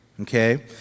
Okay